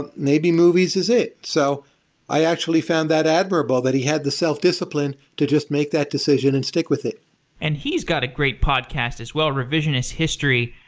and maybe movies is it. so i actually found that admirable that he had the self-discipline to just make that decision and stick with it and he's got a great podcast as well, revisionist history.